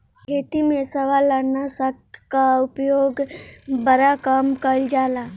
खेती में शैवालनाशक कअ उपयोग बड़ा कम कइल जाला